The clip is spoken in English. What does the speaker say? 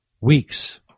weeks